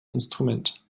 instrument